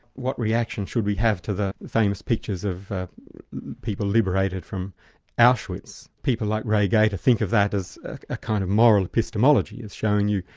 what reaction should we have to the famous pictures of people liberated from auschwitz? people like ray gaita think of that as a kind of moral histomology, it's showing you,